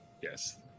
yes